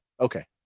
Okay